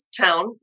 town